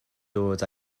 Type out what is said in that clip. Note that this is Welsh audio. dod